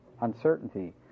uncertainty